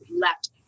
left